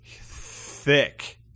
Thick